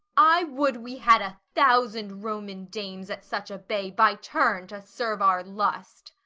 i would we had a thousand roman dames at such a bay, by turn to serve our lust.